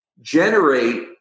generate